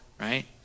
right